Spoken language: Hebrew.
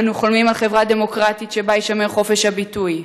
אנו חולמים על חברה דמוקרטית שבה יישמר חופש הביטוי,